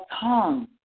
tongue